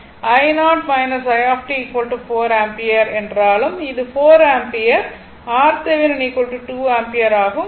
i0 i 4 ஆம்பியர் என்றாலும் இது 4 ஆம்பியர் RThevenin 2 Ω ஆகும்